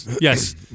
yes